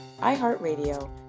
iHeartRadio